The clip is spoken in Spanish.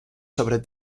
sobre